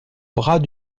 bras